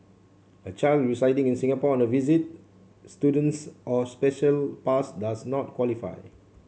a child residing in Singapore on a visit student's or special pass does not qualify